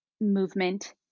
movement